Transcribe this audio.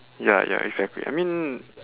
ya ya exactly I mean